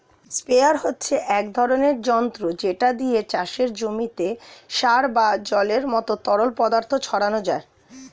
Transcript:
sprayer হচ্ছে এক ধরনের যন্ত্র যেটা দিয়ে চাষের জমিতে সার বা জলের মতো তরল পদার্থ ছড়ানো যায়